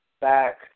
back